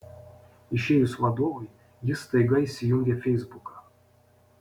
išėjus vadovui jis staiga įsijungia feisbuką